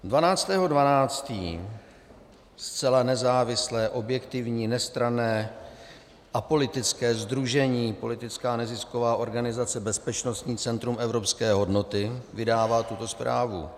12. 12. zcela nezávislé, objektivní a nestranné apolitické sdružení, politická nezisková organizace bezpečnostní centrum Evropské hodnoty, vydává tuto zprávu: